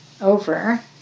over